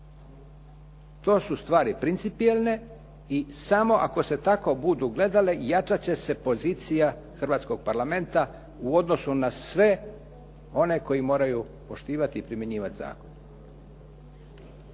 To su stvari principijelne i samo ako se tako budu gledale, jačat će se pozicija Hrvatskog parlamenta u odnosu na sve one koji moraju poštivati i primjenjivati zakon.